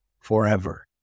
forever